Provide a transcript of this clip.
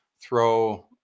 throw